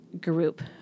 group